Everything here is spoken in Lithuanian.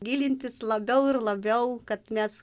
gilintis labiau ir labiau kad mes